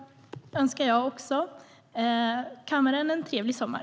Också jag önskar kammaren en trevlig sommar.